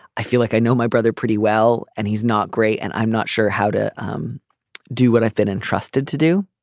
i feel like i know my brother pretty well and he's not great and i'm not sure how to um do what i've been entrusted to do.